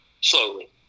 slowly